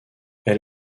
elle